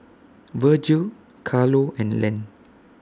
Virgil Carlo and Len